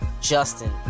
Justin